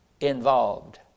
involved